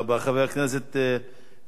חברת הכנסת ציפי חוטובלי,